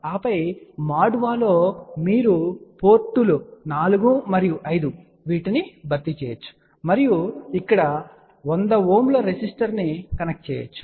ఆపై మాడువా లో మీరు పోర్టుల 4 మరియు 5 వీటిని భర్తీ చేయవచ్చు మరియు ఇక్కడ 100 Ω రెసిస్టర్ను కనెక్ట్ చేయవచ్చు